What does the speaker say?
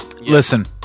Listen